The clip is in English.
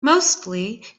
mostly